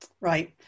Right